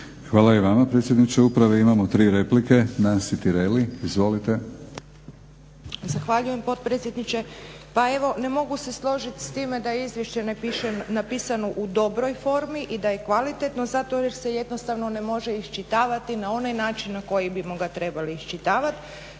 **Tireli, Nansi (Hrvatski laburisti - Stranka rada)** Zahvaljujem potpredsjedniče. Pa evo ne mogu se složiti s time da je izvješće napisano u dobroj formi i da je kvalitetno zato jer se jednostavno ne može iščitavati na onaj način na koji bimo ga trebali iščitavati,